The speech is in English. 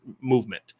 movement